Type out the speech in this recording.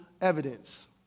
evidence